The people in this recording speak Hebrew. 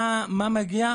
מסמך מהרופא,